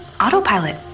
autopilot